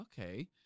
okay